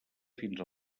fins